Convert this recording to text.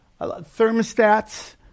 thermostats